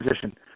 position